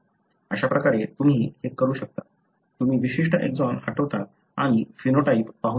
अशा प्रकारे तुम्ही हे करू शकता तुम्ही विशिष्ट एक्सॉन हटवता आणि फेनोटाइप पाहू शकता